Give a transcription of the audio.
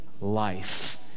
life